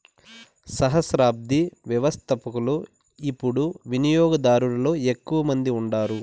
సహస్రాబ్ది వ్యవస్థపకులు యిపుడు వినియోగదారులలో ఎక్కువ మంది ఉండారు